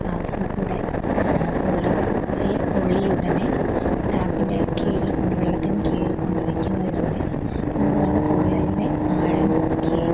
അതില് കൂടെ പൊള്ളു പൊള്ളിയ ഉടനെ ടാപ്പിൻ്റെ കീഴില് കൊണ്ടുപോയി വെള്ളത്തിൻ്റെ കീഴില് കൊണ്ടുപോയി വെയ്ക്കുന്നതിലൂടെ നമുക്ക് അങ്ങോട് പൊള്ളലിന്റെ ആഴം കുറയ്ക്കുകയും